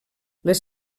les